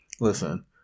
Listen